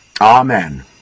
amen